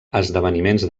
esdeveniments